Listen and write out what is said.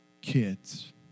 kids